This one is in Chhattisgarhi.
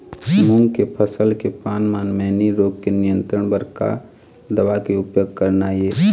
मूंग के फसल के पान म मैनी रोग के नियंत्रण बर का दवा के उपयोग करना ये?